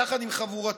יחד עם חבורתו,